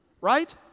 right